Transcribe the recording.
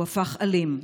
הוא הפך אלים.